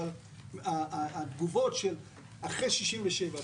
אבל התגובות של אחרי 1967,